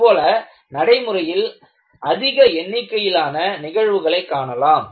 இதுபோல நடைமுறையில் அதிக எண்ணிக்கையிலான நிகழ்வுகளை காணலாம்